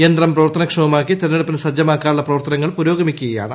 യന്ത്രം പ്രവർത്തനക്ഷമമാക്കി തെരഞ്ഞെടുപ്പിന് സജ്ജമാക്കാനുള്ള പ്രവർത്തനങ്ങൾ പുരോഗമിക്കുകയാണ്